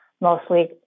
mostly